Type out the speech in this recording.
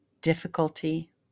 difficulty